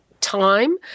time